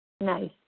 Nice